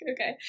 okay